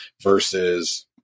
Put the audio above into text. versus